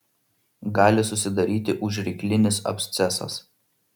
gali susidaryti užryklinis abscesas